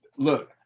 Look